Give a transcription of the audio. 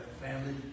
family